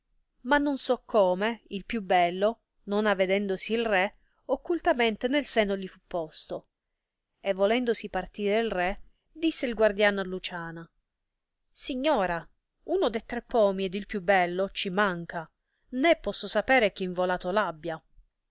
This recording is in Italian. ma non so come il più bello non avedendosi il re occultamente nel seno gli fu posto e volendosi partire il re disse il guardiano a luciana signora uno de tre pomi ed il più bello ci manca né posso sapere chi involato